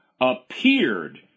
appeared